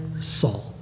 Saul